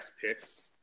picks